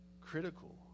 critical